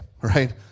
right